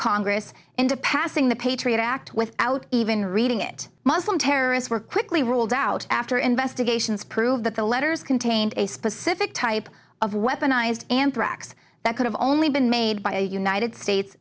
congress into passing the patriot act without even reading it muslim terrorists were quickly ruled out after investigations proved that the letters contained a specific type of weaponized anthrax that could have only been made by a united states